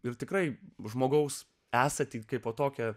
ir tikrai žmogaus esatį kaipo tokią